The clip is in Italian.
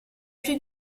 più